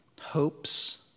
hopes